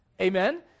Amen